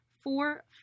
Four